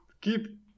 keep